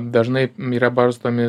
dažnai yra barstomi